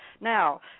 Now